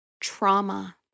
trauma